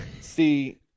See